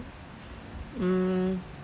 mm